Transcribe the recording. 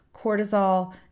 cortisol